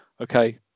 okay